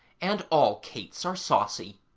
and all kates are saucy.